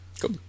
cool